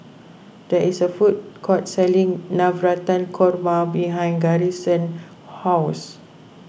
there is a food court selling Navratan Korma behind Garrison's house